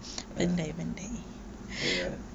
ya ya